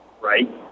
Right